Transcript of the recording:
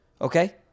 okay